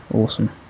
awesome